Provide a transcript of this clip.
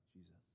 Jesus